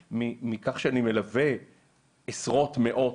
מכך שאני מלווה במשך השנים עשרות או מאות,